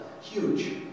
huge